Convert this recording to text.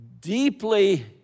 deeply